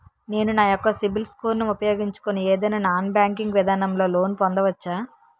నేను నా యెక్క సిబిల్ స్కోర్ ను ఉపయోగించుకుని ఏదైనా నాన్ బ్యాంకింగ్ విధానం లొ లోన్ పొందవచ్చా?